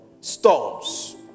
storms